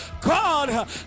God